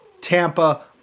Tampa